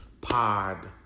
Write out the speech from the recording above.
Pod